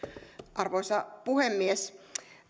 arvoisa puhemies